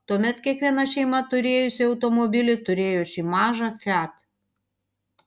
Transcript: tuomet kiekviena šeima turėjusi automobilį turėjo šį mažą fiat